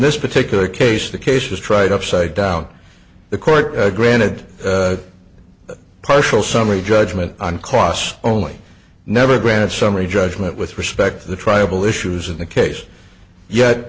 this particular case the case was tried upside down the court granted a partial summary judgment on costs only never granted summary judgment with respect to the tribal issues in the case yet